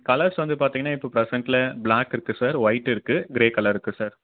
colours வந்து பார்த்தீங்கன்னா இப்போ ப்ரசண்ட்டில் ப்ளாக் இருக்குது சார் ஒயிட் இருக்குது க்ரே கலர் இருக்குது சார்